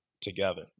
together